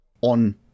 on